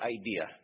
idea